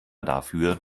dafür